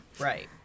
Right